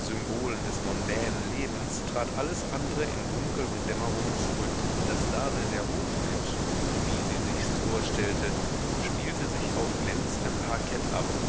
des mondänen lebens trat alles andre in dunkel und dämmerung zurück das dasein der hofmenschen so wie sie sichs vorstellte spielte sich auf glänzendem parkett ab